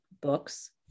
books